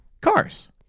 cars